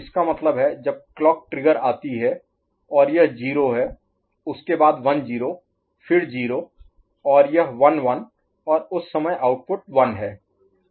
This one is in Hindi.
इसका मतलब है जब क्लॉक ट्रिगर आती है और यह 0 है उसके बाद 1 0 फिर 0 और यह 1 1 और उस समय आउटपुट 1 है